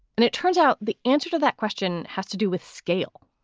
and it turns out the answer to that question has to do with scale.